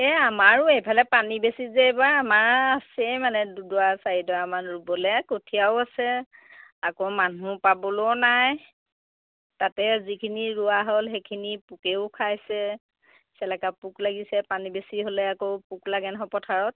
এই আমাৰো এইফালে পানী বেছি যে এইবাৰ আমাৰ আছেই মানে দুডৰা চাৰিডৰামান ৰুবলৈ কঠীয়াও আছে আকৌ মানুহ পাবলৈও নাই তাতে যিখিনি ৰোৱা হ'ল সেইখিনি পোকেও খাইছে চেলেকা পোক লাগিছে পানী বেছি হ'লে আকৌ পোক লাগে নহয় পথাৰত